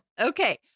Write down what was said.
Okay